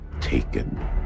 taken